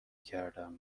کردم